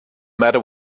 matter